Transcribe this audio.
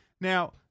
Now